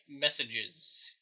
messages